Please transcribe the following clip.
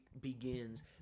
begins